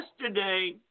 Yesterday